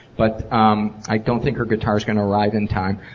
but um i don't think her guitar is gonna arrive in time.